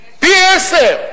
פי-עשרה,